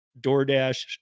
DoorDash